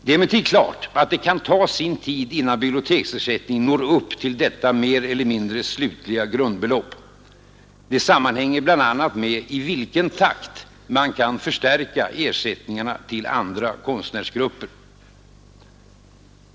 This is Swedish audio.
Det är emellertid klart att det kan ta sin tid innan biblioteksersättningen når upp till detta mer eller mindre slutliga grundbelopp. Det sammanhänger bl.a. med i vilken takt man kan förstärka ersättningarna till andra konstnärsgrupper.